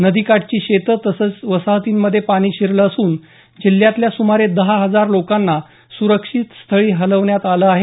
नदीकाठची शेतं तसंच वसाहतींमध्ये पाणी शिरलं असून जिल्यातल्या सुमारे दहा हजार लोकांना सुरक्षित स्थळी हलवण्यात आलं आहे